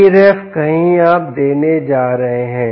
Vref कहीं आप देने जा रहे हैं